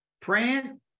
praying